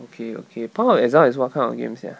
okay okay path of exile what kind of game sia